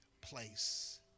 place